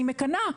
אני מקנאה,